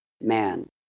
man